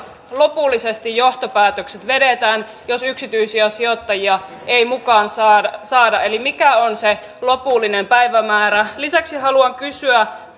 lopullisesti vedetään jos yksityisiä sijoittajia ei mukaan saada saada eli mikä on se lopullinen päivämäärä lisäksi haluan kysyä